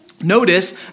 Notice